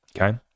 Okay